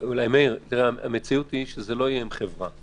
מאיר, המציאות היא שזה לא יהיה עם חברה.